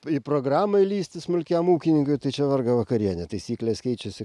į programą įlįsti smulkiam ūkininkui tai čia vargo vakarienė taisyklės keičiasi